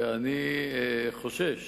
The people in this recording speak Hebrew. ואני חושש